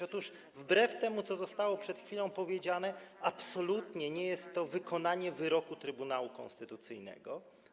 Otóż wbrew temu, co zostało przed chwilą powiedziane, absolutnie nie jest to wykonanie wyroku Trybunału Konstytucyjnego.